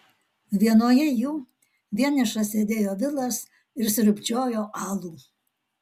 vienoje jų vienišas sėdėjo vilas ir sriubčiojo alų